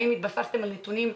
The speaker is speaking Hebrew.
האם התבססתם על נתונים?